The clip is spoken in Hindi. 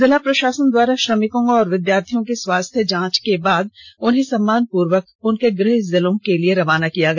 जिला प्रषासन द्वारा श्रमिकों और विद्यार्थियों की स्वास्थ्य जांच करने के बाद उन्हें सम्मान पूर्वक उनके गृह जिलों के लिए रवाना किया गया